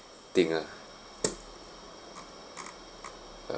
thing ah